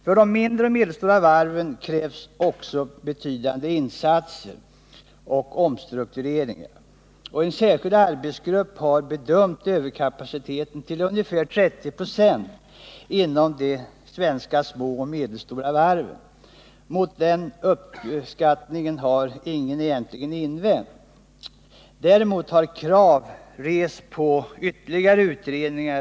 För de mindre och medelstora varven krävs också betydande insatser och omstruktureringar. En särskild arbetsgrupp har bedömt överkapaciteten till ungefär 30 96 inom de svenska små och medelstora varven. Mot den uppskattningen har ingen egentligen invänt. Däremot har krav rests på ytterligare utredningar.